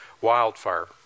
wildfire